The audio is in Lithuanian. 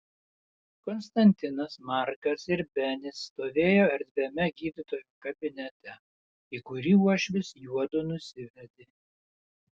konstantinas markas ir benis stovėjo erdviame gydytojo kabinete į kurį uošvis juodu nusivedė